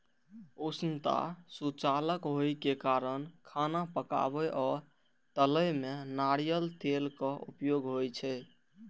उष्णता सुचालक होइ के कारण खाना पकाबै आ तलै मे नारियल तेलक उपयोग होइ छै